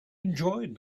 enjoyed